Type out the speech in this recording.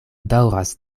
daŭras